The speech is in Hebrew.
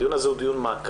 הדיון הזה הוא דיון מעקב.